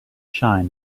shine